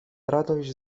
radość